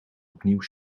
opnieuw